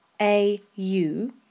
A-U